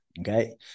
okay